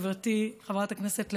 חבריי חברי הכנסת,